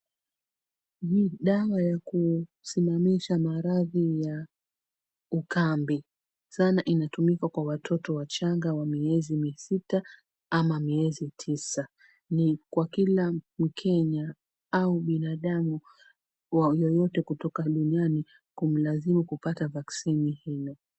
Dawa ya kusimamisha maradhi ya ukambi. Sana inatumika kwa watoto wachanga wa miezi misita ama miezi tisa. Ni kwa kila mkenya au binadamu yeyote kutoka duniani kumlazimu kupata vaccine hilo.